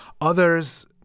Others